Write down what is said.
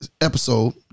episode